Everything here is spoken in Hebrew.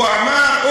הוא אמר?